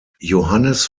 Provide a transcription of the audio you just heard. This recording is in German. johannes